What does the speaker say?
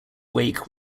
wake